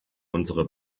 unsere